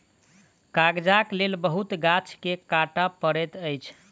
कागजक लेल बहुत गाछ के काटअ पड़ैत अछि